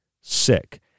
sick